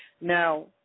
Now